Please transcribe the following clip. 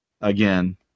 again